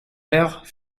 père